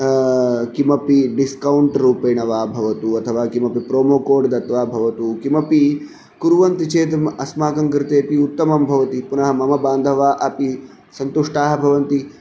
किमपि डिस्कौण्ट् रूपेण वा भवतु अथवा किमपि प्रोमो कोड् दत्वा वा भवतु किमपि कुर्वन्ति चेत् अस्माकं कृते अपि उत्तमं भवति पुनः मम बान्धवा अपि सन्तुष्टाः भवन्ति